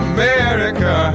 America